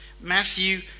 Matthew